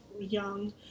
young